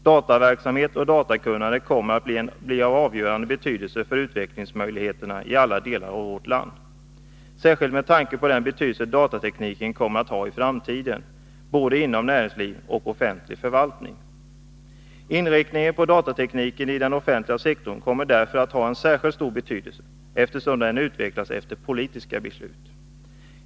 Dataverksamhet och datakunnande kommer att bli av avgörande betydelse för utvecklingsmöjligheterna i alla delar av vårt land, särskilt med tanke på den betydelse datatekniken kommer att ha i framtiden, både inom näringsliv och offentlig förvaltning. Inriktningen på datateknik i den offentliga sektorn kommer därför att ha en särskilt stor betydelse, eftersom den utvecklas efter politiska beslut.